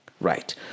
Right